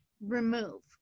remove